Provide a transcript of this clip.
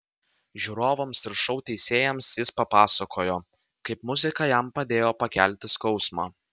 žiūrovams ir šou teisėjams jis papasakojo kaip muzika jam padėjo pakelti skausmą